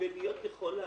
ולהיות כאחד האדם.